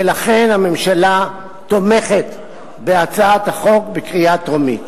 ולכן הממשלה תומכת בהצעת החוק בקריאה טרומית.